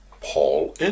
Paul